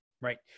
right